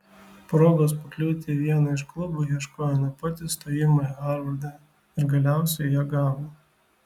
progos pakliūti į vieną iš klubų ieškojo nuo pat įstojimo į harvardą ir galiausiai ją gavo